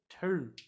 two